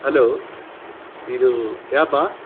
hello ಇದು ಕ್ಯಾಬಾ